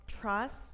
trust